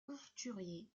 couturier